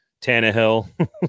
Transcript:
Tannehill